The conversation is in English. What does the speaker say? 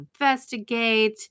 investigate